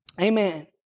Amen